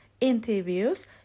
interviews